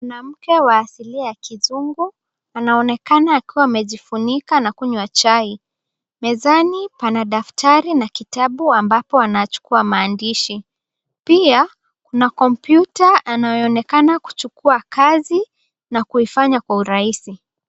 Mwanamke wa asilia ya kizungu, anaonekana akiwa amejifunika na kunywa chai. Mezani pana daftari na kitabu ambapo anachukuwa maandishi. Pia kuna kompyuta anayoonekana kuchukuwa kazi na kuifanya kwa urahisi.